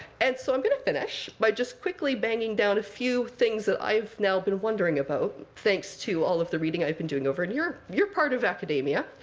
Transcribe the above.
and so i'm going to finish by just quickly banging down a few things that i've now been wondering about, thanks to all of the reading i've been doing over in your your part of academia.